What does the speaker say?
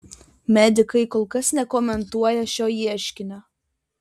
medikai kol kas nekomentuoja šio ieškinio